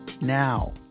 now